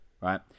right